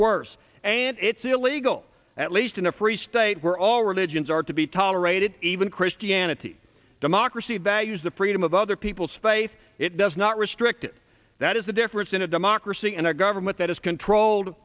worse and it's illegal at least in a free state were all religions are to be tolerated even christianity democracy values the freedom of other people's faith it does not restrict it that is the difference in a democracy and a government that is controlled